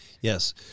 Yes